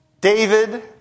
David